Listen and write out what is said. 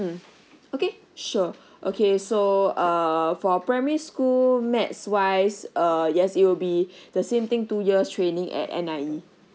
mm okay sure okay so err for primary school math wise err yes it will be the same thing two years training at N_I_E